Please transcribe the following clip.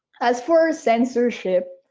as for censorship,